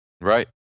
Right